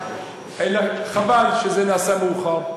חבל שזה נעשה מאוחר,